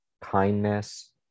kindness